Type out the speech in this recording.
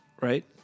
Right